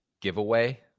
giveaway